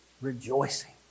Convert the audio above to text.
rejoicing